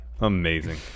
Amazing